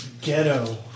ghetto